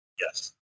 Yes